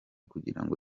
kugirango